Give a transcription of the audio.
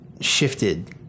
shifted